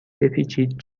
بپیچید